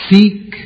Seek